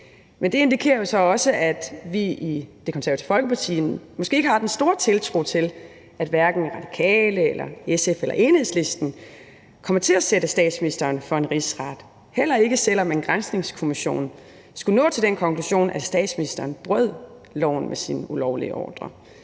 det indikerer jo så også, at vi i Det Konservative Folkeparti måske ikke har den store tiltro til, at hverken Radikale, SF eller Enhedslisten kommer til at sætte statsministeren for en rigsret – heller ikke selv om en granskningskommission skulle nå til den konklusion, at statsministeren brød loven med sin ulovlige ordre.